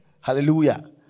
Hallelujah